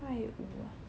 块五啊